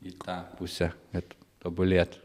į tą pusę kad tobulėt